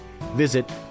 Visit